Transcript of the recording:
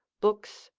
books,